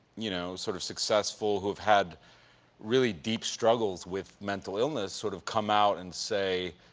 you know, sort of successful who have had really deep struggles with mental illness sort of come out and say,